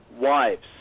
wives